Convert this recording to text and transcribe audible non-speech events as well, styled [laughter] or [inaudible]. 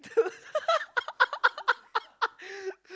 [laughs]